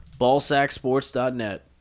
BallsackSports.net